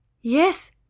yes